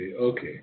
okay